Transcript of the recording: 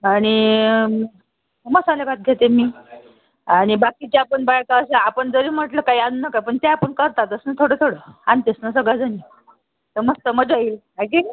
आणि मसालेभात घेते मी आणि बाकीच्या पण बायका अशा आपण जरी म्हटलं काही आणू नका पण त्या पण करतातच ना थोडं थोडं आणतेच ना सगळ्याजणी तर मस्त मजा येईल आहे की नाही